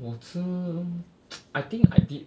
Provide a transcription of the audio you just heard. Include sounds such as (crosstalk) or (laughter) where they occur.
我吃 (noise) I think I did